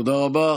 תודה רבה.